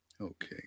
Okay